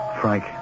Frank